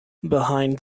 behind